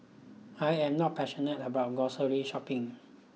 I am not passionate about grocery shopping